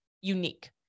unique